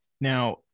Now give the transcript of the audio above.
Now